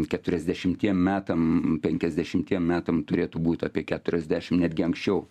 keturiasdešimtiem metam penkiasdešimtiem metų turėtų būt apie keturiasdešim netgi anksčiau